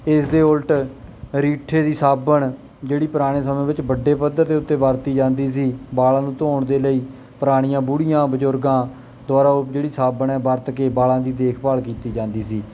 ਇਸਦੇ ਉਲਟ ਰੀਠੇ ਦੀ ਸਾਬਣ ਜਿਹੜੀ ਪੁਰਾਣੇ ਸਮੇਂ ਵਿੱਚ ਵੱਡੇ ਪੱਧਰ ਦੇ ਉੱਤੇ ਵਰਤੀ ਜਾਂਦੀ ਸੀ ਵਾਲਾਂ ਨੂੰ ਧੋਣ ਦੇ ਲਈ ਪੁਰਾਣੀਆਂ ਬੁੜੀਆਂ ਬਜ਼ੁਰਗਾਂ ਦੁਆਰਾ ਉਹ ਜਿਹੜੀ ਸਾਬਣ ਹੈ ਵਰਤ ਕੇ ਵਾਲਾਂ ਦੀ ਦੇਖਭਾਲ ਕੀਤੀ ਜਾਂਦੀ ਸੀ